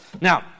Now